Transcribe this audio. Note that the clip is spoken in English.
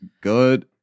good